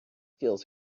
feels